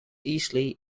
easley